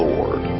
Lord